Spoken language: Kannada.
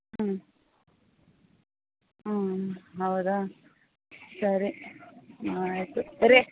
ಹ್ಞೂ ಹ್ಞೂ ಹೌದಾ ಸರಿ ಆಯಿತು ರೀ